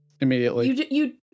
immediately